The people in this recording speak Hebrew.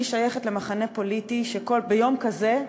אני שייכת למחנה פוליטי שביום כזה,